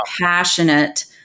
passionate